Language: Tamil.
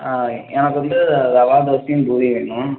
ஆ எனக்கு வந்து ரவை தோசையும் பூரியும் வேணும்